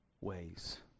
ways